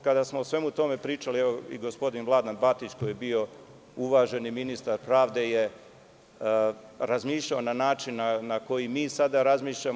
Kada smo mi o svemu tome pričali, i gospodin Vladan Batić koji je bio uvaženi ministar pravde, je razmišljao na način na koji mi sada razmišljamo.